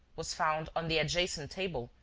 was found on the adjacent table,